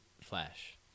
flash